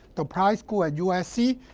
the price school at usc,